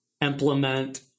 implement